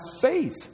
faith